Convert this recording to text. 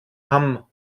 hamm